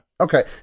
Okay